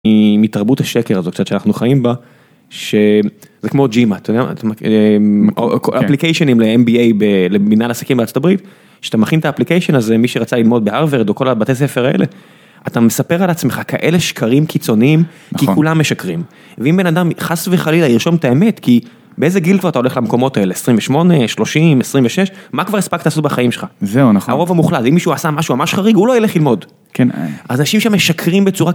מתרבות השקר הזאת שאנחנו חיים בה. שזה כמו ג'ימה, אפליקיישנים לMBA במדינת עסקים בארצות הברית. כשאתה מכין את האפליקיישן אז מי שרצה ללמוד בארוורד או כל הבתי ספר האלה. אתה מספר על עצמך כאלה שקרים קיצוניים כי כולם משקרים. ואם בן אדם חס וחלילה ירשום את האמת כי באיזה גיל כבר אתה הולך למקומות האלה 28,30,26 מה כבר הספקת לעשות בחיים שלך. זהו נכון. הרוב המוחלט אם מישהו עשה משהו ממש חריג הוא לא ילך ללמוד. כן. אז אנשים שמשקרים בצורה.